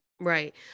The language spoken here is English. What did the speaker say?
Right